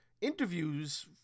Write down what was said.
interviews